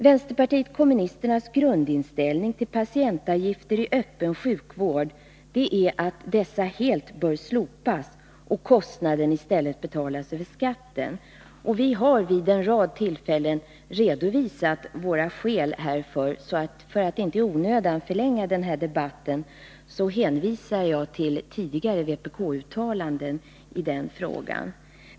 Vpk:s grundinställning till patientavgifter i öppen sjukvård är att dessa helt bör slopas och kostnaden i stället betalas helt över skatten. Vi har vid en rad tillfällen redovisat våra skäl härför, och för att inte i onödan förlänga debatten hänvisar jag till tidigare vpk-uttalanden i denna fråga.